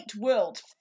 world